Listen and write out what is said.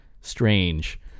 strange